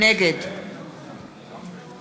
נגד